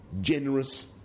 generous